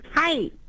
Hi